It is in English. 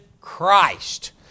Christ